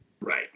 Right